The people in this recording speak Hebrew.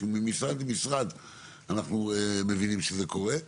כי ממשרד למשרד אנחנו מבינים שזה קורה,